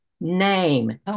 name